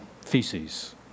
feces